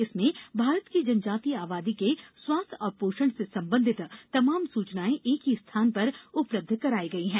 इसमें भारत की जनजातीय आबादी के स्वास्थ्य और पोषण से संबंधित तमाम सूचनाएं एक ही स्थान पर उपलब्ध कराई गई है